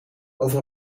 over